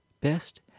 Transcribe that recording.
best